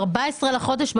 ה-14 בחודש,